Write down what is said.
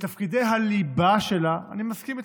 בתפקידי הליבה שלה, אני מסכים איתך,